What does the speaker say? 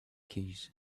keys